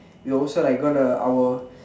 we also like gonna our